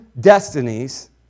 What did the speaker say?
destinies